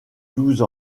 douze